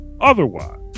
otherwise